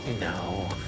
No